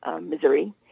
Missouri